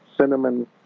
cinnamon